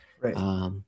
right